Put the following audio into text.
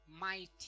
mighty